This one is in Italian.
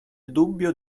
dubbio